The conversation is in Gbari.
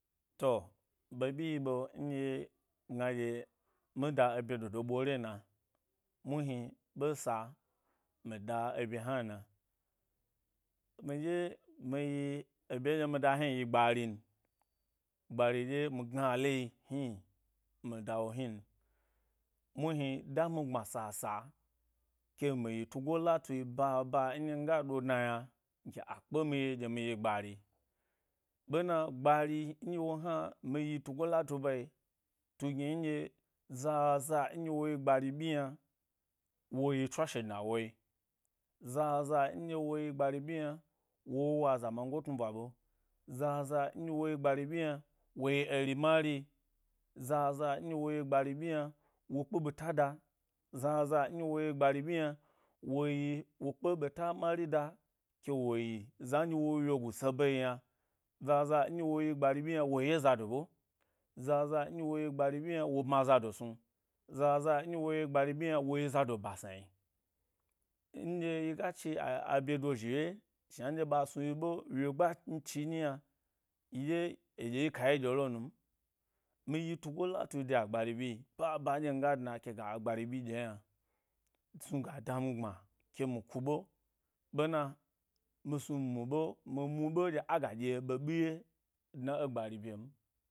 To ɓeɓyi yi ɓe nɗye gna ɗye mi da ebye dodo ɓoro be so, mi da ebye hna no midye miyi eɓye dye mi da hni yi gbari n mi gbari ɗye mi gna le hni, mi da wo hnin, muhni damgbma sa’sa ke mi yi tugo latuyi, baba nɗye miga ɓo dna yna gye a kpemi ye mi yi gbari. Ɓena, gbari nɗye wo han mi yi tugo latu bae tu gni nɗye zaza nɗye wo yi gbari ɓyi yna woyi tswashe dna woyi zaza nɗye woyi gbari ɓyi yna wo wo’ wâ azamangoe tnuɓwa ɓe, zaza nɗye wogi gbari ɓyi yna, wo yi eri mari yi. Zaza nɗye woyi gbari ɓyi yna wo kpe ɓeta. Zaza nɗye woji gbari ɓyi yna woyi wo kpe ɓeta mari da ke wo za woyi yogu seɓe yna, zaza nɗye woyi gbari ɓyi yna woye zado ɓe, zaza nɗye wo yi gbari ɓyi yna wo bma zado snu. Zaza nɗye woyi gbari ɓyi yna woyi zado basnae. Nɗye yiga chi a ɗye do zhi ye shna nɗye ɓa snuyi ɓe wye gban chi nyi yna yi ɗye eɗye yi ka ye ɗye lo num, mi yi tugo latu de agbari ɓyi, baba ndye miga dna keg a gbari ɓye ɗye yna snuga damigbma ke mi kuɓe, ɓena mi snu mi muɓe, mi mu ɓe ɗye aga ɗye ɓeɓi ye dna e gbari ɓyen.